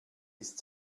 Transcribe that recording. ist